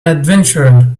adventurer